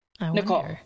Nicole